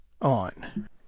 on